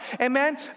Amen